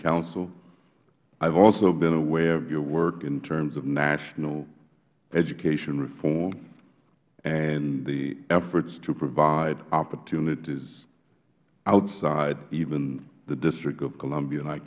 council i have also been aware of your work in terms of national education reform and the efforts to provide opportunities outside even the district of columbia and i